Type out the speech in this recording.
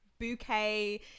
bouquet